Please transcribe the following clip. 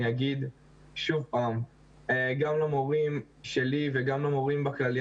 אני אגיד שוב פעם גם למורים שלי וגם למורים בכללי,